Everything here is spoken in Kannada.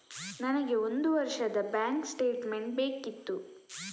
ನನಗೆ ಒಂದು ವರ್ಷದ ಬ್ಯಾಂಕ್ ಸ್ಟೇಟ್ಮೆಂಟ್ ಬೇಕಿತ್ತು